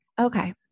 Okay